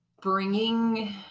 bringing